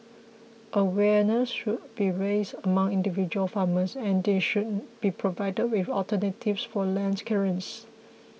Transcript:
awareness should be raised among individual farmers and they should be provided with alternatives for land clearance